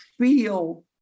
feel